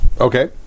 Okay